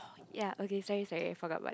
ya okay sorry sorry forgot about that